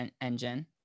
engine